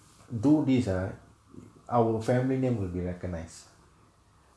do this ah our family name will be recognised